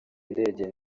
ndege